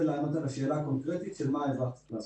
לענות על השאלה הקונקרטית מה האזרח צריך לעשות.